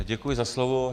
Děkuji za slovo.